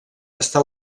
està